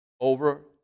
over